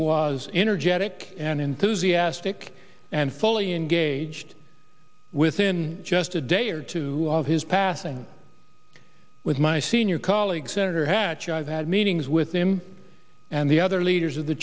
was energetic and enthusiastic and fully engaged within just a day or two of his passing with my senior colleague senator hatch i've had meetings with him and the other leaders of the